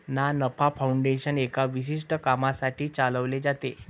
ना नफा फाउंडेशन एका विशिष्ट कामासाठी चालविले जाते